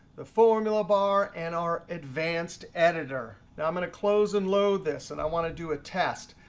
the formula bar, and our advanced editor. now i'm going to close and load this, and i want to do a test.